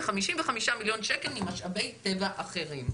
ו-55 מיליון שקל ממשאבי טבע אחרים.